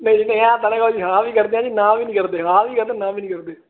ਹਾਂ ਵੀ ਕਰਦੇ ਆ ਜੀ ਨਾ ਉਹ ਵੀ ਨਹੀਂ ਕਰਦੇ ਨਾ ਵੀ ਕਰਦੇ ਨਾ ਵੀ ਨਹੀਂ ਕਰਦੇ